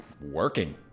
working